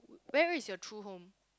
where is your true home